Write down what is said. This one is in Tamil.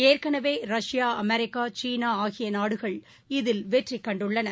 ஏற்கனவே ரஷ்யா அமெரிக்கா சீனாஆகியநாடுகள் இதில் வெற்றிகண்டுள்ளன